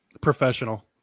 Professional